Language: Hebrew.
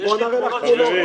אז בוא נראה לך שלא.